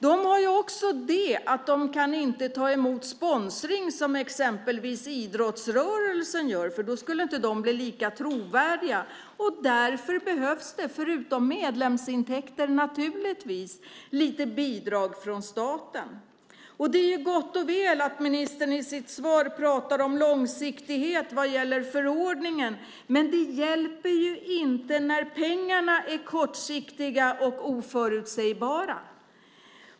Men de inte kan ta emot sponsring som exempelvis idrottsrörelsen kan. Då skulle de inte bli lika trovärdiga, och därför behövs det, förutom medlemsintäkter, naturligtvis lite bidrag från staten. Det är gott och väl att ministern i sitt svar pratar om långsiktighet vad gäller förordningen, men det hjälper inte när pengarna är kortsiktiga och oförutsägbara.